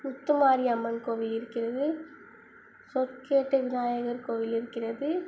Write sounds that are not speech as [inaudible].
முத்து மாரியம்மன் கோவில் இருக்கிறது [unintelligible] விநாயகர் கோவில் இருக்கிறது